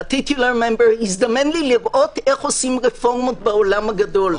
הזדמן לי לראות איך עושים רפורמות בעולם הגדול.